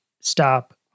stop